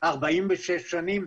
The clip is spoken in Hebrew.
כבר 46 שנים.